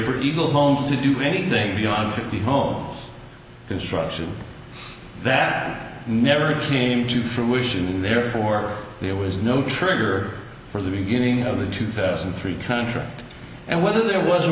for evil known to do anything beyond fifty home construction that never came to fruition therefore there was no trigger for the beginning of the two thousand and three contract and whether there was